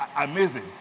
amazing